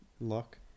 Luck